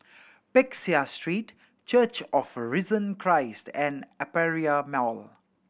Peck Seah Street Church of the Risen Christ and Aperia Mall